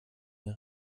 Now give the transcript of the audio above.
mehr